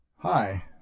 Hi